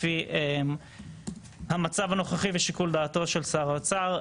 לפי המצב הנוכחי ושיקול דעתו של שר האוצר.